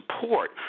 support